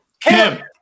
Kim